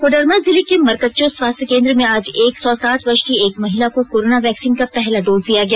कोडरमा जिले के मरकच्चो स्वास्थ्य केन्द्र में आज एक सौ सात वर्ष की एक महिला को कोरोना वैक्सीन का पहला डोज दिया गया